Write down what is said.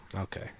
Okay